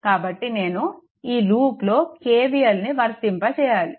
కాబట్టి నేను ఈ లూప్లో KVL ని వర్తింపచేయాలి